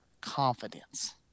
confidence